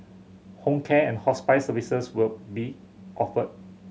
home care and hospice services will be offered